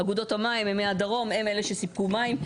אגודות המים הם מהדרום, הם אלה שסיפקו מים.